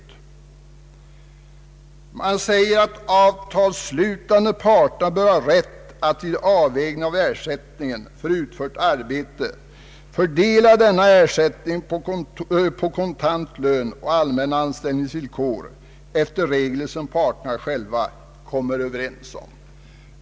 TCO säger att de avtalsslutande parterna bör ha rätt att vid avvägningen av ersättning för utfört arbete fördela denna ersättning på kontant lön och allmänna anställningsvillkor efter regler som parterna själva kommer överens om.